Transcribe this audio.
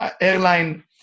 airline